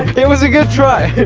it was a good try!